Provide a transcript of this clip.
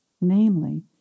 namely